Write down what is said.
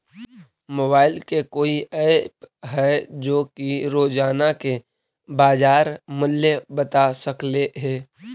Mobile के कोइ app है जो कि रोजाना के बाजार मुलय बता सकले हे?